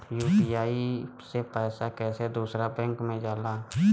UPI से पैसा कैसे दूसरा बैंक मे जाला?